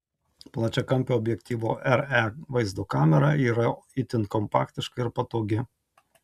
plačiakampio objektyvo re vaizdo kamera yra itin kompaktiška ir patogi